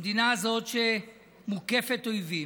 המדינה הזאת, שמוקפת אויבים,